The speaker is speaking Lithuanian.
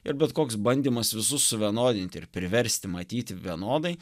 ir bet koks bandymas visus suvienodinti ir priversti matyti vienodai